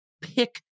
pick